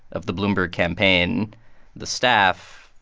of the bloomberg campaign the staff,